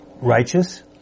Righteous